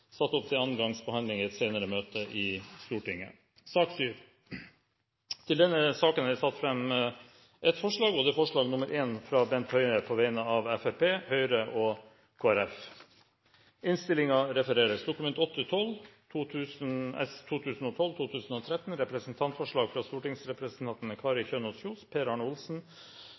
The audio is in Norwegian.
satt opp til annen gangs behandling i et senere møte i Stortinget. Under debatten er det satt fram i alt 22 forslag. Det er forslag nr. 1, fra Christian Tybring-Gjedde på vegne av Fremskrittspartiet, Høyre, Kristelig Folkeparti og Venstre forslag nr. 2, fra